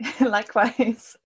likewise